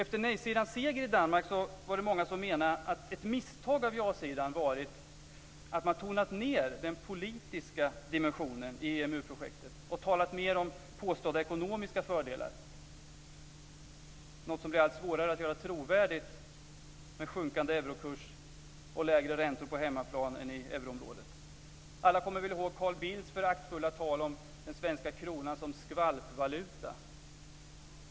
Efter nej-sidans seger i Danmark var det många som menade att ett misstag av ja-sidan varit att man tonat ned den politiska dimensionen i EMU-projektet och talat mer om påstådda ekonomiska fördelar. Det är något som blir allt svårare att göra trovärdigt med sjunkande eurokurs och lägre räntor på hemmaplan än i euroområdet. Alla kommer väl ihåg Carl Bildts föraktfulla tal om den svenska kronan som skvalpvaluta.